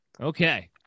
Okay